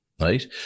right